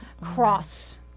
Cross